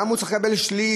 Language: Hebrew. למה הוא צריך לקבל שליש,